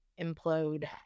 implode